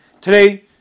today